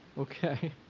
okay?